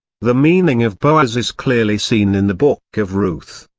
the meaning of boaz is clearly seen in the book of ruth.